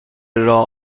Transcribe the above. راه